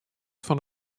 fan